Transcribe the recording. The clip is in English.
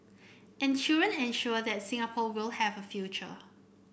and children ensure that Singapore will have a future